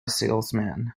salesman